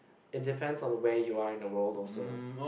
it depends on where you are in the world also